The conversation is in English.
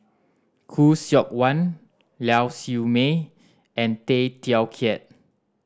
Khoo Seok Wan Lau Siew Mei and Tay Teow Kiat